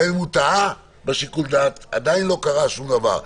גם אם הוא טעה בשיקול דעת עדיין לא קרה שום דבר.